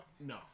No